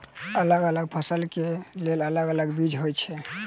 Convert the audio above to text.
अलग अलग तरह केँ फसल केँ लेल अलग अलग बीमा होइ छै?